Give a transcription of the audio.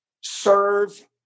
serve